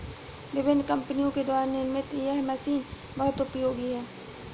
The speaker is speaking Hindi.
विभिन्न कम्पनियों के द्वारा निर्मित यह मशीन बहुत उपयोगी है